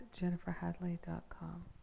jenniferhadley.com